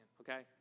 okay